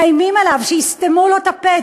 מאיימים עליו שיסתמו לו את הפה,